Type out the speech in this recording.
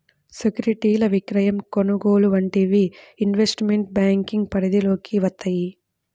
సెక్యూరిటీల విక్రయం, కొనుగోలు వంటివి ఇన్వెస్ట్మెంట్ బ్యేంకింగ్ పరిధిలోకి వత్తయ్యి